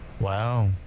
Wow